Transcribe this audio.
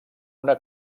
una